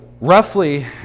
Roughly